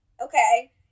Okay